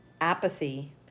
apathy